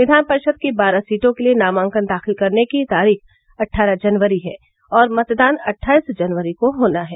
विधान परिषद की बारह सीटों के लिए नामांकन दाखिल करने की तारीख अट्ठारह जनवरी है और मतदान अट्ठाईस जनवरी को होना है